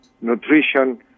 nutrition